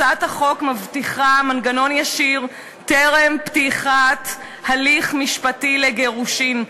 הצעת החוק מבטיחה מנגנון ישיר טרם פתיחת הליך משפטי לגירושין,